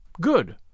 Good